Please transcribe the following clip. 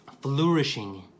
flourishing